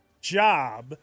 job